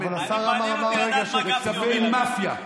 זו מאפיה.